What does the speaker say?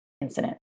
incident